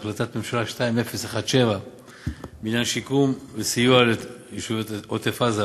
החלטת ממשלה 2017 בעניין שיקום וסיוע ליישובי עוטף-עזה,